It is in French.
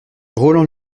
roland